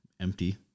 empty